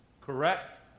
Correct